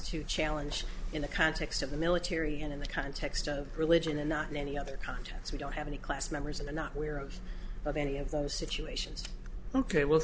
to challenge in the context of the military and in the context of religion and not in any other context we don't have any class members and not we're out of any of those situations ok well